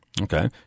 Okay